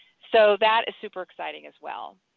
so that is super exciting as well.